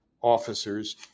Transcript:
officers